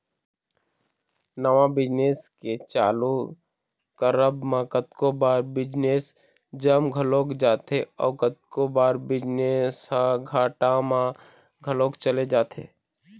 नवा बिजनेस के चालू करब म कतको बार बिजनेस जम घलोक जाथे अउ कतको बार बिजनेस ह घाटा म घलोक चले जाथे